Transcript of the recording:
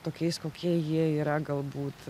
tokiais kokie jie yra galbūt